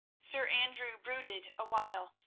sir andrew brooded a while,